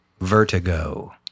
Vertigo